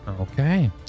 Okay